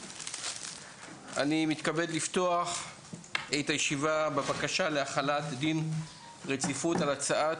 אני מתכבד לפתוח את הישיבה בבקשה להחלת דין רציפות על הצעת